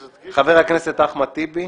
הכנסת אחמד טיבי